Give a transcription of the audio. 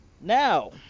Now